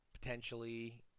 potentially